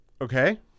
Okay